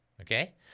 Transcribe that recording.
Okay